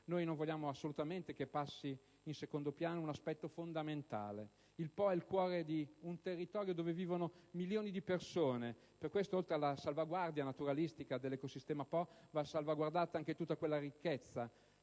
Noi non vogliamo assolutamente che passi in secondo piano un aspetto fondamentale: il Po è il cuore di un territorio dove vivono milioni di persone; per questo, oltre alla salvaguardia naturalistica dell'ecosistema Po, va salvaguardata anche tutta quella ricchezza